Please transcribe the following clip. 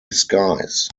skies